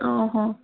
ହଁ ହଁ